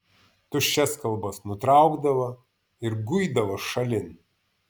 tuščias kalbas nutraukdavo ir guidavo šalin